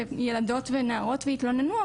ילדות ונערות ויתלוננו,